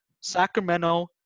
Sacramento